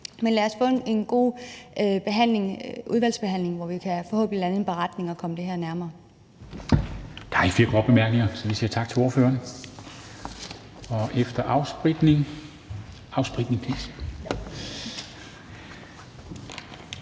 Men lad os få en god udvalgsbehandling, hvor vi forhåbentlig kan lande en beretning og komme det her nærmere.